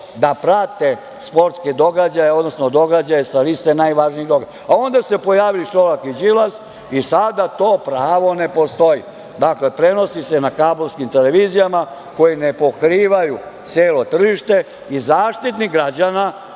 da prate sportske događaje, odnosno događaje sa liste najvažnijih događaja. Onda se pojavio Šolak i Đilas i sada to pravo ne postoji. Dakle, prenosi se na kablovskim televizijama koje ne pokrivaju celo tržište i Zaštitnik građana